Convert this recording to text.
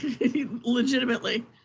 Legitimately